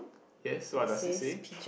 yes so I just receive